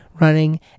running